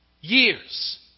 years